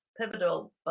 pivotal